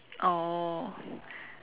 oh